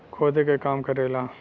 खोदे के काम करेला